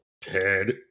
Ted